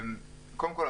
קודם כל,